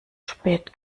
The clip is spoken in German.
spät